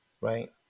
right